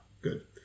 good